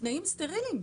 בתנאים סטריליים.